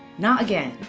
not again!